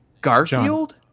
garfield